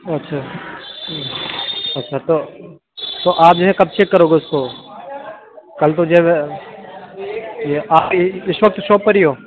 اچھا اچھا تو آپ جو ہے کب چیک کرو گے اُس کو کل تو جو ہے یہ آپ کی اِس وقت شاپ پر ہی ہو